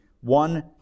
one